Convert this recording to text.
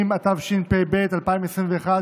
150), התשפ"ב 2021,